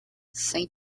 sem